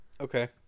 okay